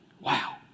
Wow